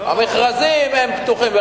המכרזים הם פתוחים.